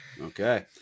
Okay